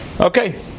Okay